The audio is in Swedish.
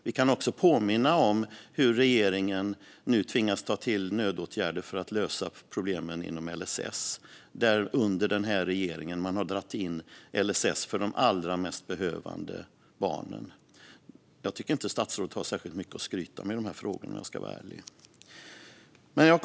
Jag kan också påminna om hur regeringen nu tvingas ta till nödåtgärder för att lösa problemen inom LSS. Den här regeringen har dragit in LSS-stöd för de allra mest behövande barnen. Jag tycker inte att statsrådet har särskilt mycket att skryta med i de här frågorna, om jag ska vara ärlig.